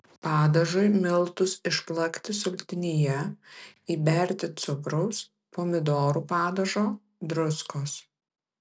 padažui miltus išplakti sultinyje įberti cukraus pomidorų padažo druskos